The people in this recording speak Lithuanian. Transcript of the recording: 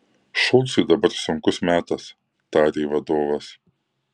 šulcui dabar sunkus metas tarė vadovas